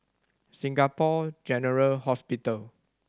Singapore General Hospital